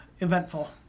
eventful